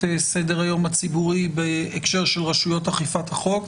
סדר היום הציבורי בהקשר של רשויות אכיפת החוק.